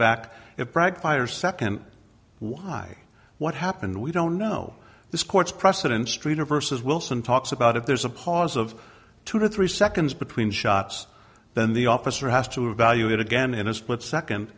fire second why what happened we don't know this court's precedents trina versus wilson talks about if there's a pause of two to three seconds between shots then the officer has to evaluate again in a split second